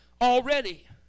already